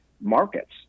markets